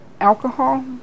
alcohol